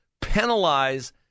penalize